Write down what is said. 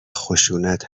خشونت